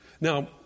Now